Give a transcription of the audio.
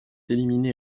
éliminée